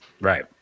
Right